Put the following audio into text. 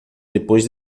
depois